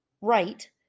right